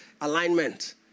alignment